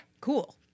Cool